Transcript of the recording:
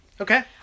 Okay